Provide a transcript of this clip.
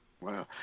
Wow